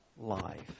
life